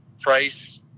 price